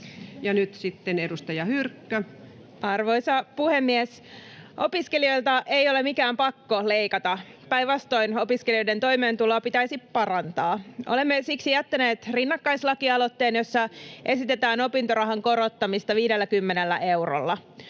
Content: Arvoisa puhemies! Opiskelijoilta ei ole mikään pakko leikata, päinvastoin: opiskelijoiden toimeentuloa pitäisi parantaa. Olemme siksi jättäneet rinnakkaislakialoitteen, jossa esitetään opintorahan korottamista 50 eurolla.